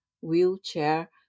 wheelchair